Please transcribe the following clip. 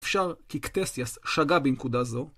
אפשר כי קטסיאס שגה במקודה זו.